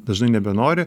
dažnai nebenori